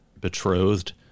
betrothed